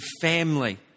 family